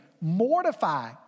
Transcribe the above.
Mortify